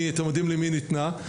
אתם יודעים למי ניתנה,